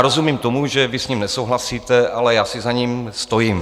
Rozumím tomu, že vy s ním nesouhlasíte, ale já si za ním stojím.